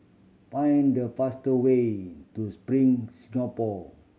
find the fast way to Spring Singapore